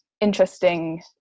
interesting